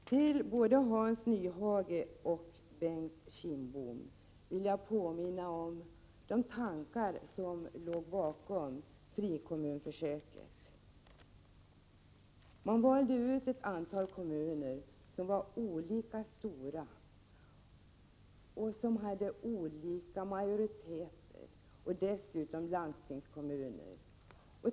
Jag vill påminna både Hans Nyhage och Bengt Kindbom om de tankar som låg bakom frikommunsförsöket. Man valde ut ett antal kommuner som var olika stora och som hade olika majoriteter. Man valde dessutom ut landstingskommuner.